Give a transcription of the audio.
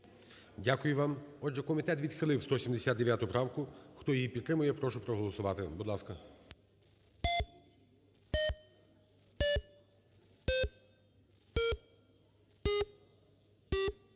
Дякую вам. Отже, комітет відхилив 179 правку. Хто її підтримує, прошу проголосувати, будь ласка.